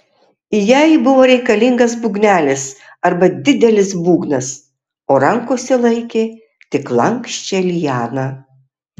jai buvo reikalingas būgnelis arba didelis būgnas o rankose laikė tik lanksčią lianą